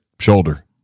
shoulder